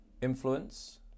influence